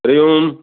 हरिः ओम्